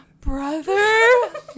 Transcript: brother